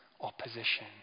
opposition